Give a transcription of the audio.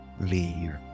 leave